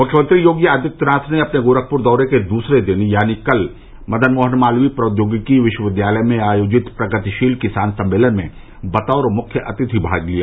मुख्यमंत्री योगी आदित्यनाथ ने अपने गोरखपुर दौरे के दूसरे दिन यानी कल मदन मोहन मालवीय प्रौद्योगिकी विश्वविद्यालय में आयोजित प्रगतिशील किसान सम्मेलन में बतौर मुख्य अतिथि भाग लिया